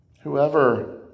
Whoever